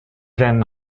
then